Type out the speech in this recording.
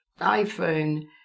iPhone